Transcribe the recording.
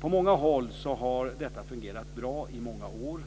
På många håll har detta fungerat bra i många år.